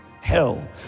Hell